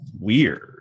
weird